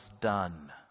done